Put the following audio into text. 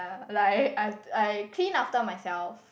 yeah like I have to I clean after myself